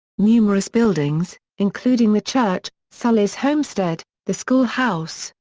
numerous buildings, including the church, sully's homestead, the school house,